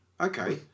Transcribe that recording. Okay